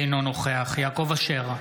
אינו נוכח יעקב אשר,